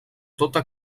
tota